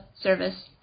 Service